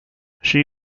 she